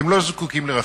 הם לא זקוקים לרחמים.